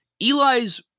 Eli's